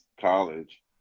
college